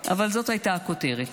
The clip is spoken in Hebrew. אבל זאת הייתה הכותרת.